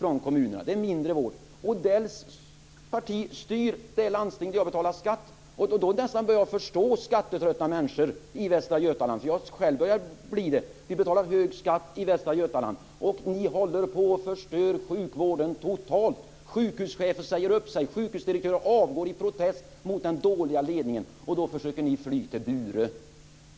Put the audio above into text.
Det blir mindre vård. Odells parti styr det landsting där jag betalar skatt, Västra Götaland. Jag börjar nästan förstå de skattetrötta människorna där, för jag börjar bli det själv. Vi betalar hög skatt i Västra Götaland, men ni håller på att förstöra sjukvården totalt. Sjukhuschefer säger upp sig. Sjukhusdirektörer avgår i protest mot den dåliga ledningen. Då försöker ni fly till Burö.